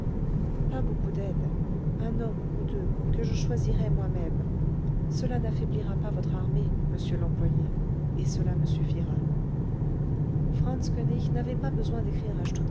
pas beaucoup d'aide un homme ou deux que je choisirai moi-même cela n'affaiblira pas votre armée monsieur l'employé et cela me suffira franz koënig n'avait pas besoin d'écrire